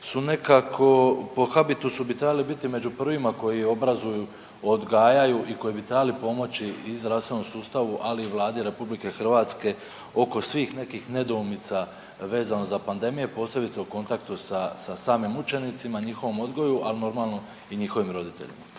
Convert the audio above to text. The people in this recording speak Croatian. po habitusu bi trebali biti među prvima koji obrazuju, odgajaju i koji bi trebali pomoći i zdravstvenom sustavu, ali i Vladi Republike Hrvatske oko svih nekih nedoumica vezano za pandemije posebice u kontaktu sa samim učenicima, njihovom odgoju, ali normalno i njihovim roditeljima.